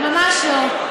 ממש לא.